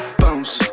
bounce